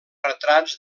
retrats